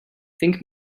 think